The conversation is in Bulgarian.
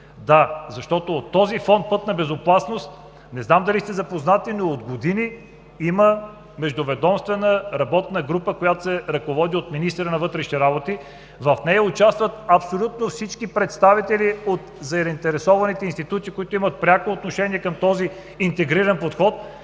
Да, защото от Фонд „Пътна безопасност“, не знам дали сте запознати, но от години има междуведомствена работна група, която се ръководи от министъра на вътрешните работи. В нея участват абсолютно всички представители от заинтересованите институции, които имат пряко отношение към този интегриран подход